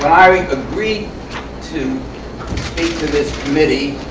i agreed to speak to this committee,